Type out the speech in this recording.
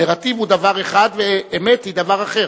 נרטיב הוא דבר אחד ואמת היא דבר אחר,